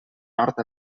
nord